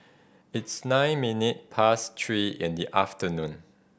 its nine minute past three in the afternoon